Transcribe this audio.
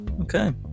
Okay